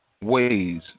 ways